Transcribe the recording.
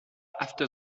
after